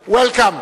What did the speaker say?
Welcome.